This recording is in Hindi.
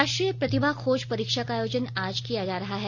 राष्ट्रीय प्रतिभा खोज परीक्षा का आयोजन आज किया जा रहा है